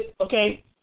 Okay